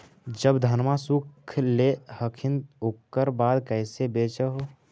जब धनमा सुख ले हखिन उकर बाद कैसे बेच हो?